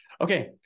Okay